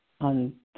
on